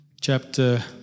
chapter